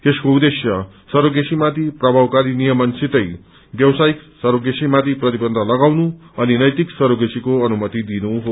यसको उद्देश्य सरोगेसीमाथि प्रभावकारी नियमनसितै व्यावसायिक सरोगेसीमाथि प्रतिबन्य लगाउनु अनि नैतिक सरोगेसीको अनुमति दिनु हो